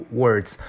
words